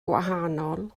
gwahanol